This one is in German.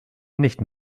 nicht